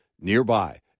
nearby